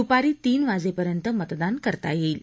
दुपारी तीन वाजेपर्यंत मतदान करता येईल